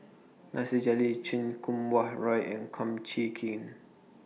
Nasir Jalil Chan Kum Wah Roy and Kum Chee Kin